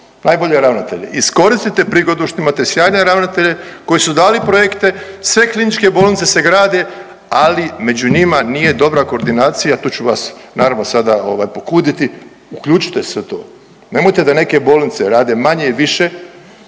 najbolje ravnatelje. Iskoristite prigodu što imate sjajne ravnatelje koji su dali projekte, sve kliničke bolnice se grade, ali među njima nije dobra koordinacija, tu ću vas naravno sada ovaj pokuditi, uključite se u to, nemojte da neke bolnice rade manje i više,